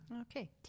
Okay